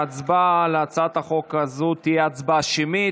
ההצבעה על הצעת החוק הזאת תהיה הצבעה שמית.